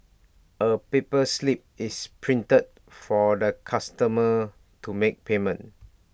A paper slip is printed for the customer to make payment